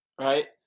Right